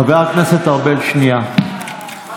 חבר הכנסת ארבל, מספיק.